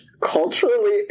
culturally